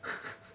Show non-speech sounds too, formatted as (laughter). (laughs)